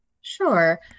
Sure